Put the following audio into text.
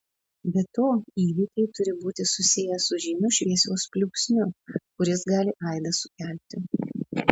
be to įvykiai turi būti susiję su žymiu šviesos pliūpsniu kuris gali aidą sukelti